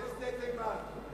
שדה תימן.